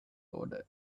order